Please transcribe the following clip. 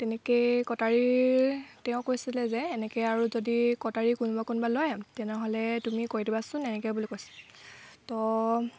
তেনেকৈ কটাৰী তেওঁ কৈছিলে যে এনেকৈ আৰু যদি কটাৰী কোনোবাই কোনোবাই লয় তেনেহ'লে তুমি কৈ দিবাচোন এনেকৈ বুলি কৈছে তো